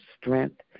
strength